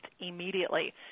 immediately